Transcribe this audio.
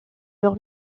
leur